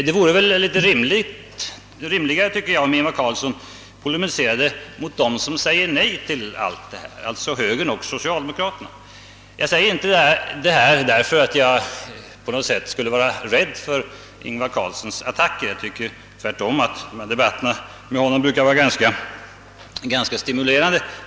Det vore väl då rimligare, om Ingvar Carlsson pole miserade mot dem som säger nej till allt detta, alltså mot högern och socialdemokratin. Jag säger inte detta för att jag på något sätt skulle vara rädd för Ingvar Carlssons attacker; jag tycker tvärtom att debatterna med honom på sitt speciella sätt brukar vara ganska stimulerande.